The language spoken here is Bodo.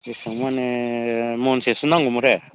बेसेबां माने महनसेसो नांगौमोन दे